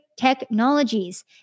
technologies